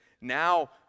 now